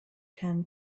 ten